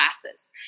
classes